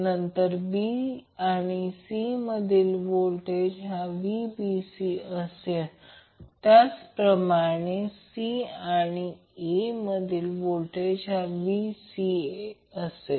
नंतर b आणि c मधील व्होल्टेज हा Vbc असेल आणि याचप्रमाणे c आणि a मधील व्होल्टेज Vca असेल